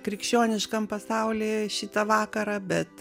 krikščioniškam pasauly šitą vakarą bet